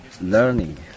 learning